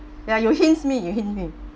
ya you hints me you hint me